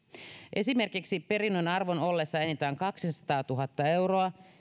esimerkiksi perinnön arvon ollessa enintään kaksisataatuhatta euroa